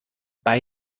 bei